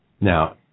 Now